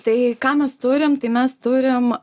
tai ką mes turim tai mes turim